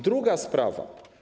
Druga sprawa.